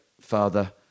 father